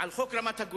על חוק רמת-הגולן,